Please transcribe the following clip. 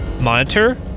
monitor